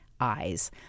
eyes